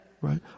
right